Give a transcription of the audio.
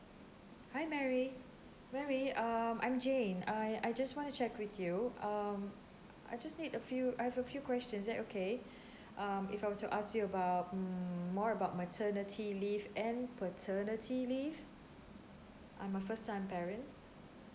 hi mary mary um I'm jane I I just want to check with you um I just need a few I've a few questions is that okay um if I were to ask you about mm more about maternity leave and paternity leave I'm a first time parent